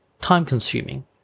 time-consuming